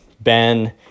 Ben